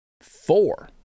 four